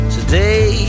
Today